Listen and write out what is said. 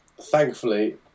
thankfully